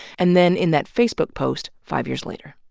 and then in that facebook post five years later.